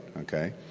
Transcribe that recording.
okay